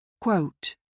Quote